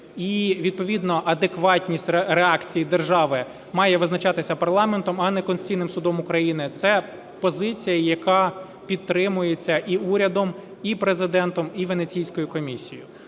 і відповідно адекватність реакції держави має визначатися парламентом, а не Конституційним Судом України. Це позиція, яка підтримується і урядом, і Президентом, і Венеційською комісією.